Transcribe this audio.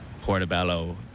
portobello